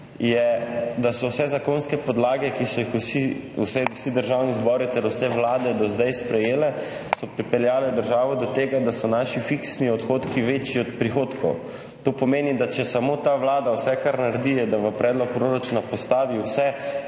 je, da so vse zakonske podlage, ki so jih vsi državni zbori ter vse vlade do zdaj sprejele, so pripeljale državo do tega, da so naši fiksni odhodki večji od prihodkov. To pomeni, če je vse, kar naredi ta Vlada, samo to, da v predlog proračuna postavi vse